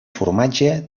formatge